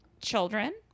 children